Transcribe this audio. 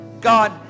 God